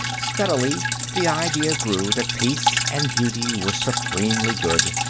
steadily the idea grew that peace and beauty were supremely good,